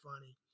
funny